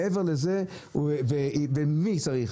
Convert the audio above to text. ומי צריך,